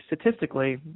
statistically